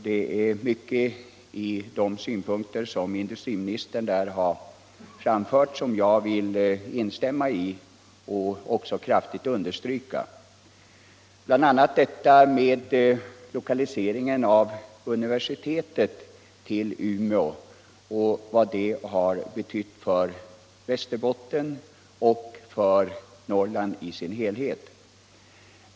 Många av de synpunkter som industriministern där har framfört vill jag instämma i och också kraftigt understryka — bl.a. detta med 75 lokaliseringen av universitetet till Umeå och vad det har betytt för Västerbotten och för Norrland i dess helhet.